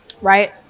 Right